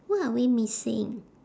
what are we missing